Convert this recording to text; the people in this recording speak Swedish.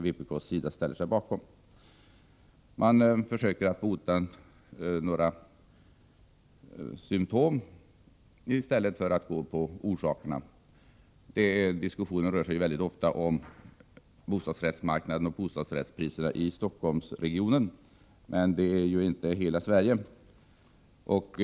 Med detta förslag försöker regeringen bota en del symptom ii stället för att angripa de egentliga orsakerna. Diskussionen rör sig i stor utsträckning om bostadsrättsmarknaden och bostadsrättspriserna i Stockholmsregionen, men den kan inte vara representativ för hela Sverige.